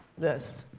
this,